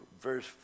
verse